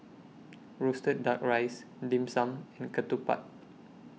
Roasted Duck Rice Dim Sum and Ketupat